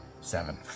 Seven